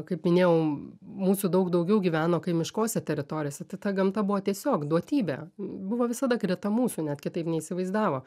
kaip minėjau mūsų daug daugiau gyveno kaimiškose teritorijose tai ta gamta buvo tiesiog duotybė buvo visada greta mūsų net kitaip neįsivaizdavo